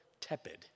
tepid